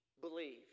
believe